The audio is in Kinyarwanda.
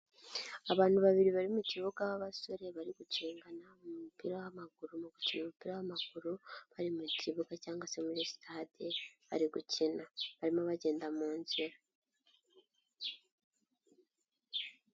Abantu babiri bari mu kibuga b'abasore bari gucengana, mu mupira w'amaguru mu gukina umupira w'amaguru, bari mu kibuga cyangwa se muri sitade bari gukina, barimo bagenda mu nzira.